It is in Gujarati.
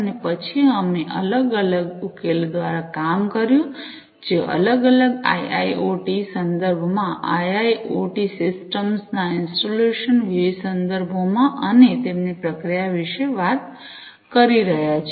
અને પછી અમે અલગ અલગ ઉકેલો દ્વારા કામ કર્યું જે અલગ અલગ આઈઆઈઑટી સંદર્ભોમાં આઈઆઈઑટી સિસ્ટમ્સ ના ઇન્સ્ટોલેશન વિવિધ સંદર્ભોમાં અને તેમની પ્રક્રિયા વિશે વાત કરી રહ્યાં છે